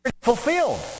fulfilled